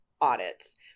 audits